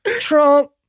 Trump